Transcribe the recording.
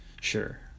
sure